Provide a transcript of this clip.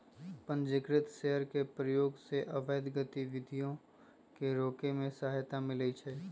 पंजीकृत शेयर के प्रयोग से अवैध गतिविधियों के रोके में सहायता मिलइ छै